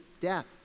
death